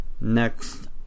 Next